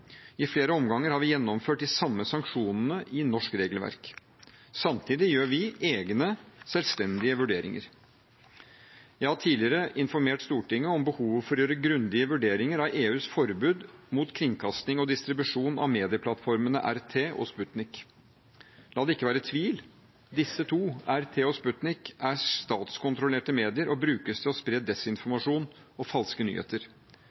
I flere omganger har vi gjennomført de samme sanksjonene i norsk regelverk. Samtidig gjør vi egne, selvstendige vurderinger. Jeg har tidligere informert Stortinget om behovet for å gjøre grundige vurderinger av EUs forbud mot kringkasting og distribusjon av medieplattformene RT og Sputnik. La det ikke være tvil: Disse to, RT og Sputnik, er statskontrollerte medier og brukes til å spre desinformasjon og falske nyheter.